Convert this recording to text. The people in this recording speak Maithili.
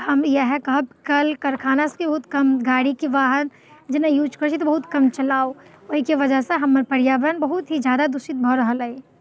हम इएह कहब कल करखाना सभके बहुत कम गाड़ीके वाहन जेना यूज करैत छियै तऽ बहुत कम चलाउ ओहिके वजहसँ हमर पर्यावरण बहुत ही जादा दुषित भऽ रहल अइ